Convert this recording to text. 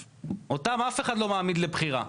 אותם אף אחד לא מעמיד לבחירה.